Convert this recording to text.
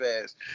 fast